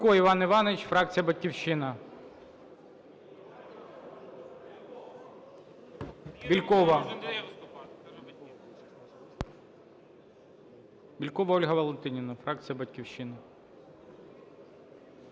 Бєлькова Ольга Валентинівна, фракція "Батьківщина".